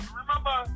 remember